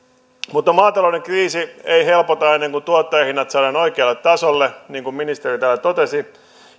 mutta maatalouden kriisi ei helpota ennen kuin tuottajahinnat saadaan oikealle tasolle niin kuin ministeri täällä totesi